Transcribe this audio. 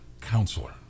counselor